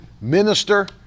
minister